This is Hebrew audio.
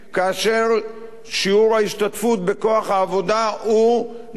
שיעור ההשתתפות בכוח העבודה הוא נמוך,